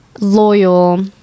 loyal